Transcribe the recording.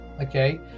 okay